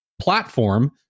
platform